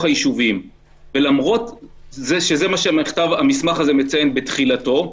הישובים ולמרות זה שזה מה שהמסמך הזה מציין בתחילתו,